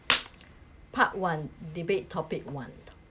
part one debate topic one